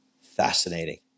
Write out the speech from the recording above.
fascinating